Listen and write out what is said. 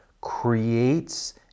creates